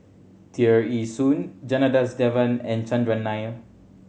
Tear Ee Soon Janadas Devan and Chandran Nair